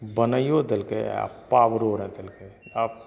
बनाइयो देलकै आ पाबरो नहि देलकै आप